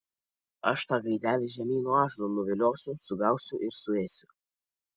aš tą gaidelį žemyn nuo ąžuolo nuviliosiu sugausiu ir suėsiu